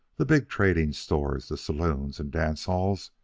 the big trading stores, the saloons, and dance-halls,